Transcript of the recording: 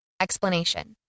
Explanation